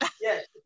Yes